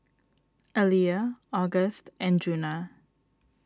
Aliyah August and Djuna